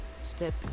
step